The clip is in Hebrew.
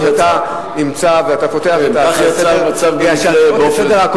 ואתה פותח את ההצעות לסדר-היום,